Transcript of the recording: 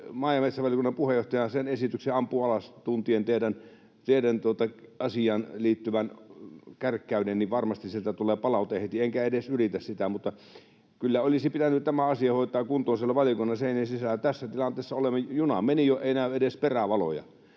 maa- ja metsävaliokunnan puheenjohtaja sen esityksen ampuu alas. Tuntien teidän asiaan liittyvän kärkkäyden varmasti sieltä tulee palaute heti, enkä edes yritä sitä, mutta kyllä olisi pitänyt tämä asia hoitaa kuntoon siellä valiokunnan seinien sisällä. Tässä tilanteessa olemme. Juna meni jo, ei näy edes perävaloja.